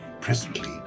Presently